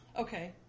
Okay